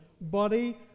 body